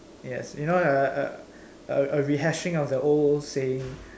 yes you know err a rehashing of the old saying